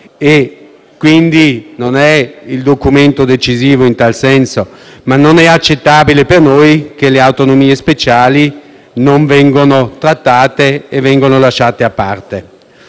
quindi, non è decisivo in tal senso, ma non è accettabile per noi che le autonomie speciali non vengano trattate e vengano lasciate da parte.